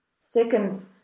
Second